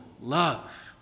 love